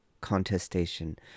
contestation